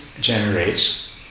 generates